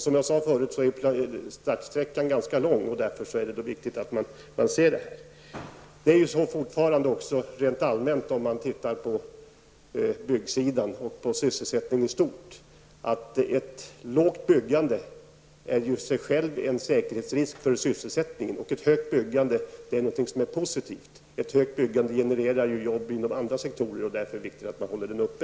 Som jag tidigare sade är startsträckan ganska lång, och det är därför viktigt att man uppmärksammar detta. Rent allmänt när det gäller byggandet och sysselsättningen i stort, är ett lågt byggande en säkerhetsrisk för sysselsättningen och ett högt byggande någonting positivt. Ett högt byggande genererar arbeten inom andra sektorer, och det är därför viktigt att man håller nivån uppe.